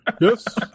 Yes